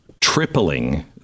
tripling